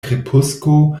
krepusko